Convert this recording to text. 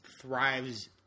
thrives